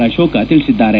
ಅಶೋಕ ತಿಳಿಸಿದ್ದಾರೆ